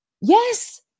Yes